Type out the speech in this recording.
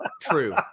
true